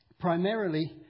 primarily